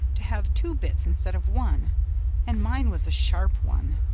to have two bits instead of one and mine was a sharp one,